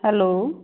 hello